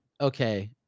Okay